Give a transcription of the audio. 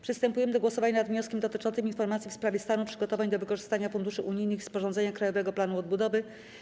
Przystępujemy do głosowania nad wnioskiem dotyczącym informacji w sprawie stanu przygotowań do wykorzystania funduszy unijnych i sporządzenia Krajowego Planu Odbudowy.